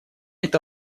это